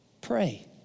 Pray